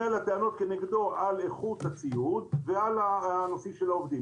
על הטענות כנגדו על איכות הציוד ועל נושא העובדים.